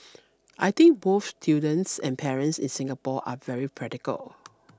I think both students and parents in Singapore are very practical